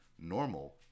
normal